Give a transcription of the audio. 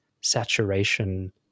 saturation